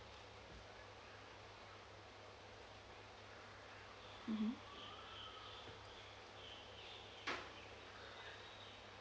mmhmm